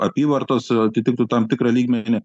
apyvartos atitiktų tam tikrą lygmenį